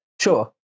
sure